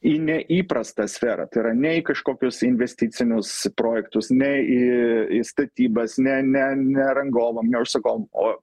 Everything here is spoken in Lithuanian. į neįprastą sferą tai yra ne į kažkokius investicinius projektus ne į statybas ne ne ne rangovam ne užsakovam o